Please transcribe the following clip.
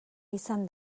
izan